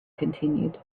continued